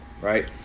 right